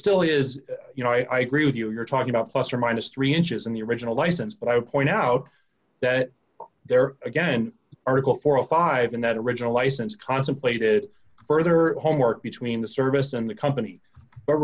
still is you know i agree with you you're talking about plus or minus three inches in the original license but i would point out that there again article four or five in that original license contemplated further homework between the service and the company but